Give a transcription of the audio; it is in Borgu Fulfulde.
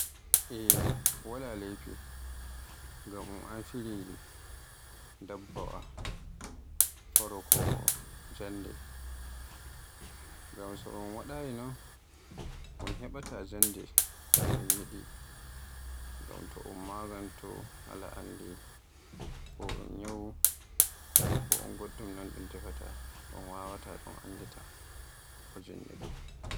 Eee wala leydf ngam un amfiri dabbawa faro ko jannde, ngam to un waɗaata non un heɓaata jannde ngam to un maganto, ala'andi goɗɗum ñyawu ko un goɗɗum non un tefaata un wawaata un anndita ki jinniɗun.